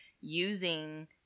using